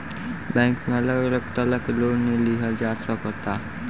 bank में अलग अलग तरह के लोन लिहल जा सकता